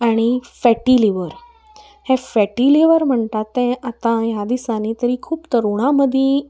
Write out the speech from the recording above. आनी fatty liver हें fatty liver म्हणटा तें आतां ह्या दिसांनी तरी खूब तरुणा मदीं